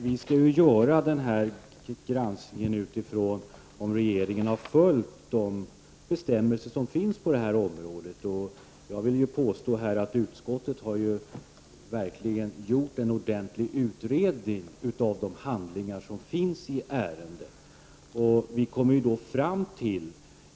Vi skall ju göra granskningen med utgångspunkt i om regeringen har följt bestämmelserna på detta område, och jag vill påstå att utskottet verkligen har gjort en ordentlig utredning av de handlingar som finns i ärendet.